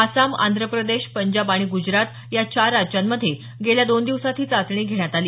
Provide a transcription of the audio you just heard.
आसाम आंध्रप्रदेश पंजाब आणि गुजरात या चार राज्यांमध्ये गेल्या दोन दिवसांत ही चाचणी घेण्यात आली